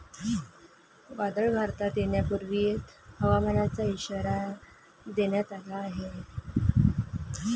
वादळ भारतात येण्यापूर्वी हवामानाचा इशारा देण्यात आला आहे